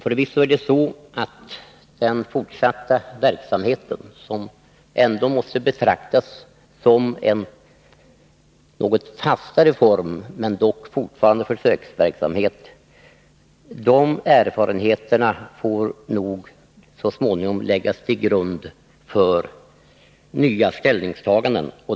Förvisso är det så att erfarenheterna från den fortsatta försöksverksamheten, som ändå måste betraktas som en något fastare form, får så småningom läggas till grund för nya ställningstaganden.